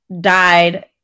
died